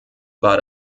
war